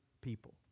people